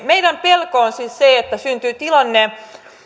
meidän pelkomme on siis se että syntyy tilanne